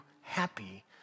happy